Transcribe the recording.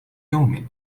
يوم